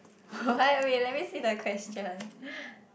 what wait let me see the question